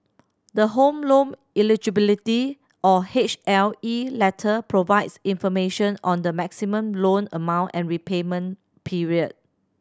the Home Loan Eligibility or H L E letter provides information on the maximum loan amount and repayment period